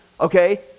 okay